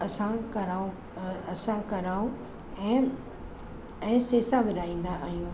असां करायूं असां करायूं ऐं ऐं सेसा विराईंदा आहियूं